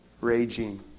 raging